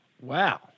Wow